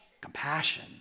compassion